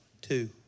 two